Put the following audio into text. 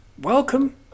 welcome